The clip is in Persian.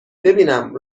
ببینم